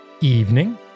evening